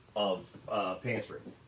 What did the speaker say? of pantry.